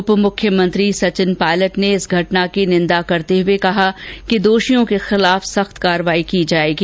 उपमुख्यमंत्री सचिन पालयट ने इस घटना की निंदा करते हुए कहा कि दोषियों के खिलाफ सख्त कार्यवाही की जायेगी